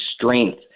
strength